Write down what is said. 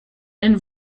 and